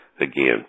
Again